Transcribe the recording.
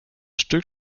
stück